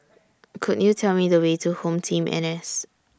Could YOU Tell Me The Way to HomeTeam N S